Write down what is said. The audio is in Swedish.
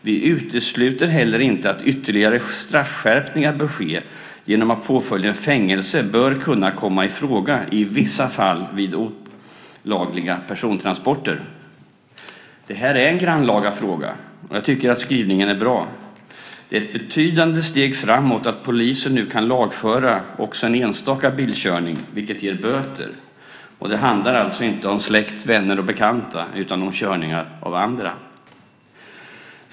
Vi utesluter heller inte att ytterligare straffskärpningar bör ske genom att påföljden fängelse bör kunna komma i fråga i vissa fall vid olagliga persontransporter. Det här är en grannlaga fråga, och jag tycker att skrivningen är bra. Det är ett betydande steg framåt att polisen nu kan lagföra också en enstaka bilkörning, vilket ger böter. Och det handlar alltså inte om släkt, vänner och bekanta utan om körningar av andra.